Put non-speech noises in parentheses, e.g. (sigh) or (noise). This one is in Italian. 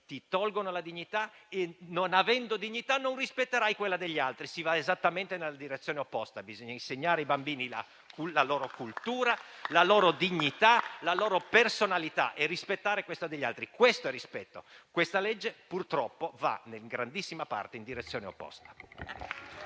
ti tolgono la dignità e, non avendo dignità, non rispetterai quella degli altri. Si va esattamente nella direzione opposta. (applause) Bisogna insegnare ai bambini la loro cultura, la loro dignità, la loro personalità e rispettare quella degli altri. Questo è il rispetto. Questa legge, purtroppo, va in grandissima parte in direzione opposta.